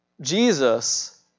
Jesus